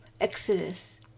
Exodus